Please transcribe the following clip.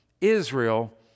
Israel